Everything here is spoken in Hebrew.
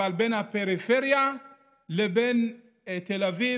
בין הפריפריה לבין תל אביב,